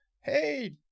hey